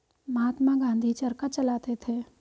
महात्मा गांधी चरखा चलाते थे